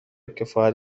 کفایت